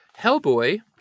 Hellboy